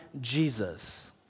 Jesus